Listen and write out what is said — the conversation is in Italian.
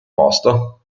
posto